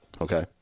Okay